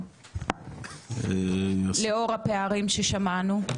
לאור הפערים ששמענו.